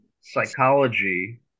psychology